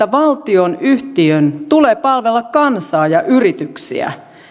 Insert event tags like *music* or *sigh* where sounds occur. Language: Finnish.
*unintelligible* valtionyhtiön tulee palvella kansaa ja yrityksiä